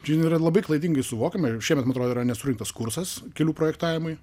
šiandien yra labai klaidingai suvokiama ir šiemet man atrodo yra nesurinktas kursas kelių projektavimui